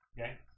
Okay